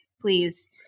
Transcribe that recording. please